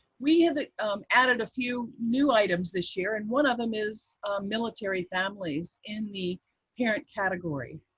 we have added a few new items this year, and one of them is military families in the parent category.